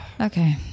Okay